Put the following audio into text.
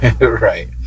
Right